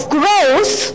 growth